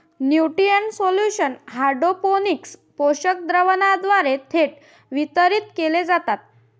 nutrient solution hydroponics पोषक द्रावणाद्वारे थेट वितरित केले जातात